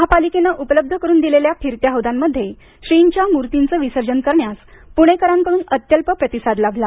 महापालिकेनं उपलब्ध करून दिलेल्या फिरत्या हौदांमध्ये श्रींच्या मूर्तीचं विसर्जन करण्यास पुणेकरांकडून अत्यल्प प्रतिसाद लाभला